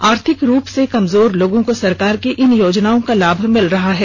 आर्थिक रूप से कमजोर लोगों को सरकार की इन योजनाओं का लाभ मिल रहा है